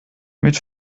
mit